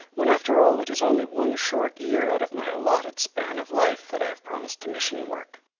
when after all it is only one short year out of my allotted span of life that i have promised to mission work?